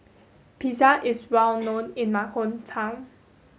pizza is well known in my hometown